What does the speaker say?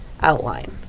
outline